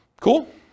Cool